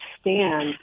stand